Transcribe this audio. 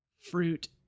fruit